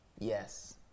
Yes